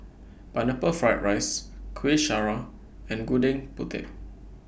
Pineapple Fried Rice Kuih Syara and Gudeg Putih